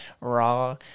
raw